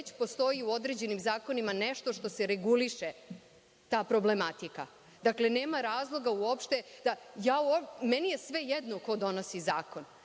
postoji u određenim zakonima nešto što se reguliše ta problematika. Nema razloga. Meni je svejedno ko donosi zakon.